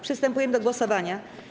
Przystępujemy do głosowania.